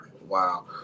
Wow